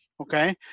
Okay